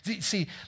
See